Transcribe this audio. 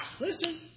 listen